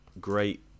great